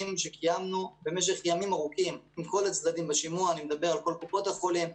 שקיימנו עם כל הצדדים בשימוע במשך ימים ארוכים קופות החולים,